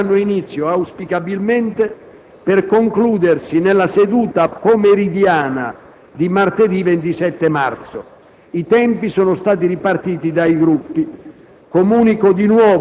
Le votazioni avranno inizio - auspicabilmente per concludersi - nella seduta pomeridiana di martedì 27 marzo. I tempi sono stati ripartiti tra i Gruppi.